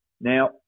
Now